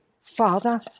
Father